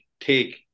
take